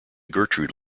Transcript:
gertrude